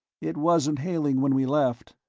it wasn't hailing when we left,